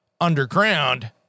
underground